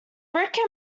brick